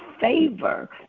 favor